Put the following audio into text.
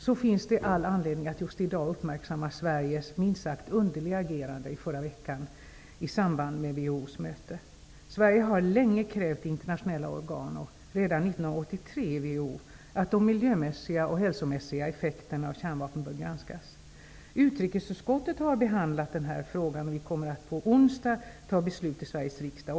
Det finns all anledning att i dag uppmärksamma Sveriges minst sagt underliga agerande i förra veckan i samband med WHO:s möte. Sverige har länge krävt i internationella organ, redan 1983 i WHO, att de miljömässiga och hälsomässiga effekterna av kärnvapen bör granskas. Utrikesutskottet har behandlat den här frågan. Vi kommer att på onsdag fatta beslut i Sveriges riksdag.